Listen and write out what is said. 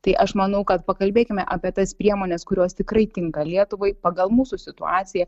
tai aš manau kad pakalbėkime apie tas priemones kurios tikrai tinka lietuvai pagal mūsų situaciją